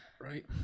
Right